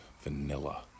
vanilla